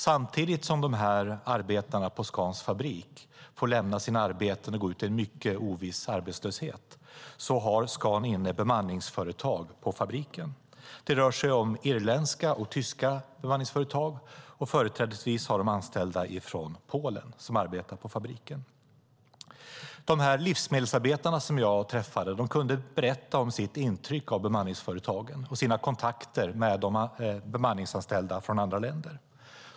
Samtidigt som de här arbetarna på Scans fabrik får lämna sina arbeten och gå ut i en mycket oviss tid av arbetslöshet har Scan bemanningsföretag inne på fabriken. Det rör sig om irländska och tyska bemanningsföretag, och företrädesvis har de anställda från Polen som arbetar på fabriken. Livsmedelsarbetarna som jag träffade kunde berätta om sitt intryck av bemanningsföretagen och sina kontakter med de bemanninganställda från andra länder.